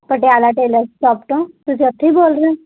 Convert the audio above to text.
Patiala tailor shop ਤੋਂ ਤੁਸੀਂ ਉੱਥੋਂ ਹੀ ਬੋਲ ਰਹੇ ਹੋ